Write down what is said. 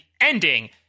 ending